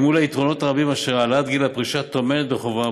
אל מול היתרונות הרבים אשר העלאת גיל הפרישה טומנת בחובה,